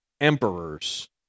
emperors